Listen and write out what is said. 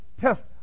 test